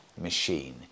machine